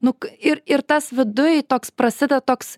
nu ir ir tas viduj toks prasideda toks